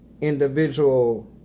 individual